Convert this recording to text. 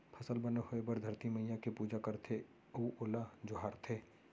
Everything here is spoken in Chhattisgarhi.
फसल बने होए बर धरती मईया के पूजा करथे अउ ओला जोहारथे